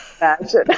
imagine